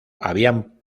habían